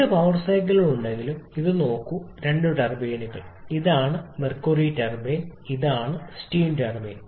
രണ്ട് പവർ സൈക്കിളുകളുണ്ടെങ്കിലും ഇത് നോക്കൂ രണ്ട് ടർബൈനുകൾ ഇതാണ് മെർക്കുറി ടർബൈൻ ഇതാണ് സ്റ്റീം ടർബൈൻ